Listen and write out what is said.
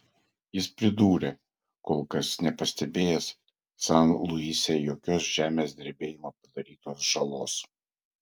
jis pridūrė kol kas nepastebėjęs san luise jokios žemės drebėjimo padarytos žalos